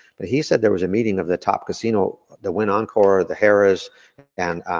but he said there was a meeting of the top casino the wynn encore, the harris and